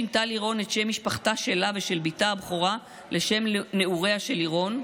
שינתה לירון את שם משפחתה שלה ושל בתה הבכורה לשם נעוריה של לירון,